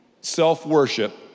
self-worship